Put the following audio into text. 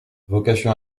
vocation